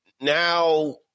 Now